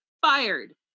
fired